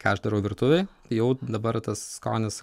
ką aš darau virtuvėj jau dabar tas skonis